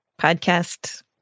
podcast